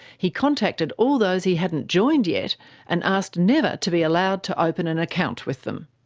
he contacted all those he hadn't joined yet and asked never to be allowed to open an account with them.